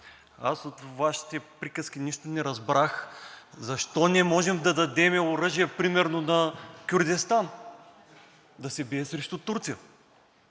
аз от Вашите приказки нищо не разбрах, защо не можем да дадем оръжие примерно на Кюрдистан да се бие срещу Турция?